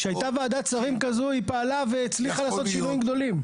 כשהייתה ועדת שרים כזו היא פעלה והצליחה לעשות שינויים גדולים.